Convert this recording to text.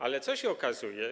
Ale co się okazuje?